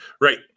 Right